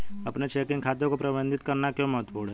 अपने चेकिंग खाते को प्रबंधित करना क्यों महत्वपूर्ण है?